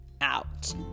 out